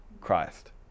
Christ